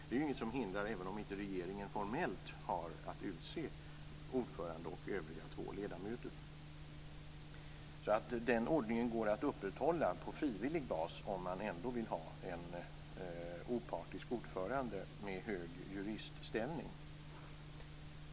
Det är inget som hindrar det, även om regeringen inte formellt har att utse ordförande och två övriga ledamöter. Denna ordning går alltså att upprätthålla på frivillig bas om man ändå vill ha en opartisk ordförande med hög juristställning.